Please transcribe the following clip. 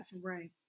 right